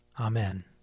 Amen